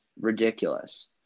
ridiculous